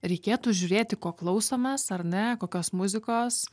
reikėtų žiūrėti ko klausomės ar ne kokios muzikos